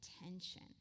attention